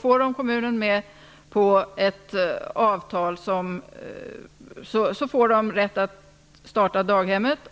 Får de kommunen med på ett avtal, får de rätt att starta daghemmet.